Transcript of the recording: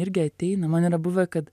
irgi ateina man yra buvę kad